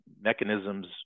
mechanisms